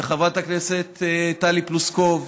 וחברת הכנסת טלי פלוסקוב,